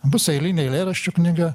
bus eilinė eilėraščių knyga